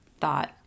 thought